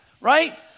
right